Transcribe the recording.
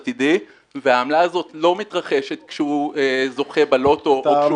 והעמלה הזו לא מתרחשת כהוא זוכה בלוטו או כשהוא